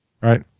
Right